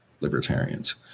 libertarians